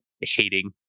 hating